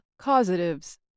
causatives